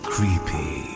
Creepy